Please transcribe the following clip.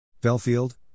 Belfield